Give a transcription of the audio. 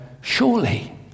surely